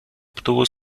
obtuvo